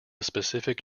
specific